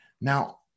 Now